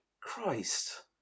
Christ